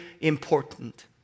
important